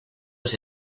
los